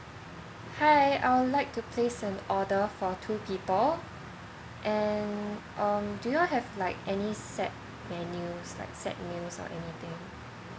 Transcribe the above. hi I'll like to place an order for two people and um do you all have like any set menus set meals or anything